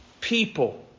people